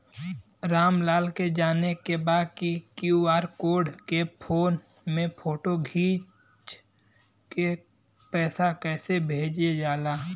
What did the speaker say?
राम लाल के जाने के बा की क्यू.आर कोड के फोन में फोटो खींच के पैसा कैसे भेजे जाला?